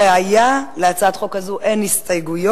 לראיה, להצעת החוק הזאת אין הסתייגויות,